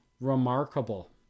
remarkable